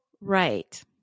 right